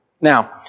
Now